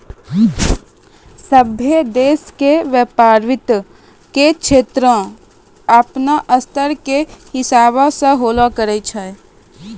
सभ्भे देशो के व्यपार वित्त के क्षेत्रो अपनो स्तर के हिसाबो से होलो करै छै